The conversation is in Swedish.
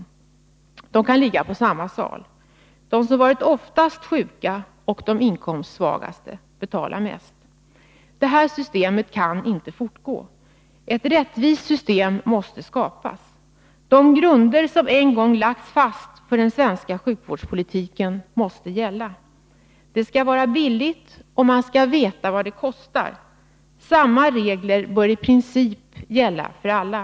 Dessa kan alltså ligga på samma sal. De som varit oftast sjuka och de inkomstsvagaste betalar mest! Det här systemet kan inte få fortsätta gälla. Ett rättvist system måste skapas. De grunder som en gång lagts fast för den svenska sjukvårdspolitiken måste gälla. Det skall vara billigt, och man skall veta vad det kostar. Samma regler bör i princip gälla för alla.